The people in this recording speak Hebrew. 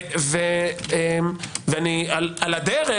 ועל הדרך,